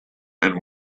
and